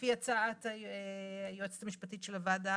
לפי המלצת היועצת המשפטית של הוועדה